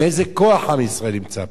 מאיזה כוח עם ישראל נמצא פה,